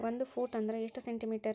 ಒಂದು ಫೂಟ್ ಅಂದ್ರ ಎಷ್ಟು ಸೆಂಟಿ ಮೇಟರ್?